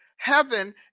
Heaven